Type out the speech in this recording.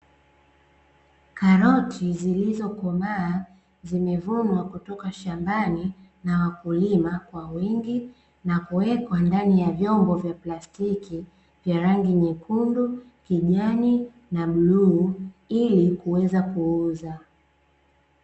Karoti zilizokomaa zimevunwa kutoka shambani na wakulima kwa wingi, na kuwekwa ndani ya vyombo vya plastiki vya rangi nyekundu, kijani na bluu ili kuweza kuuza.